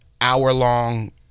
hour-long